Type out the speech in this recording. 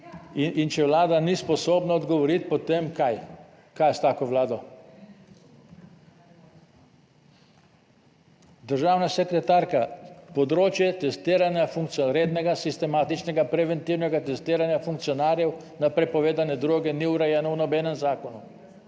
In če Vlada ni sposobna odgovoriti potem, kaj, kaj je s tako Vlado? Državna sekretarka, področje testiranja funkcionarjev, rednega sistematičnega preventivnega testiranja funkcionarjev na prepovedane droge ni urejeno v nobenem zakonu,